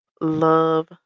Love